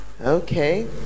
Okay